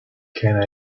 can